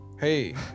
Hey